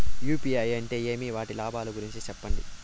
UPI అంటే ఏమి? వాటి లాభాల గురించి సెప్పండి?